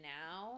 now